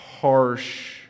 harsh